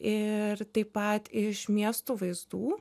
ir taip pat iš miestų vaizdų